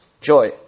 Joy